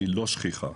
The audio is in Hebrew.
היא לא שכיחה.